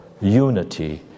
unity